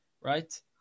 right